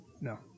no